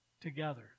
together